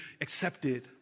accepted